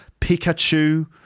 Pikachu